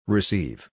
Receive